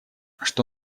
что